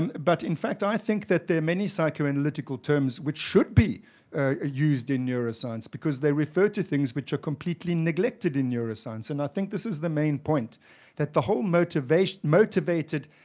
and but, in fact, i think that there are many psychoanalytical terms which should be ah used in neuroscience because they refer to things which are completely neglected in neuroscience, and i think this is the main point that the whole motivated,